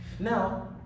Now